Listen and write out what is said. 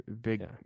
big